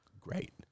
great